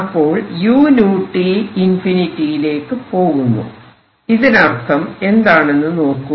അപ്പോൾ uT →∞ ഇതിനർത്ഥം എന്താണെന്ന് നോക്കൂ